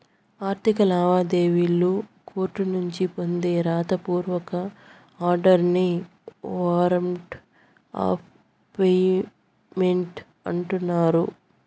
ఆర్థిక లావాదేవీల్లి కోర్టునుంచి పొందే రాత పూర్వక ఆర్డర్స్ నే వారంట్ ఆఫ్ పేమెంట్ అంటన్నారు